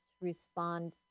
respond